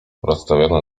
rozstawione